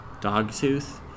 Dogtooth